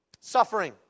suffering